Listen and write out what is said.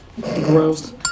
Gross